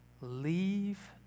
leave